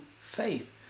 faith